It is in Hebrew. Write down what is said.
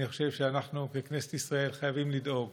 אני חושב שאנחנו בכנסת ישראל חייבים לדאוג